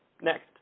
next